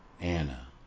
Anna